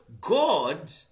God